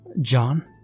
John